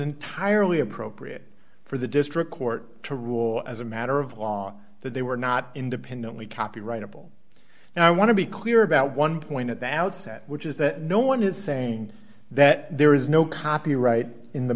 entirely appropriate for the district court to rule as a matter of law that they were not independently copyrightable and i want to be clear about one point at the outset which is that no one is saying that there is no copyright in the